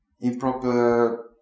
improper